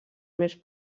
més